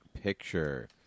Picture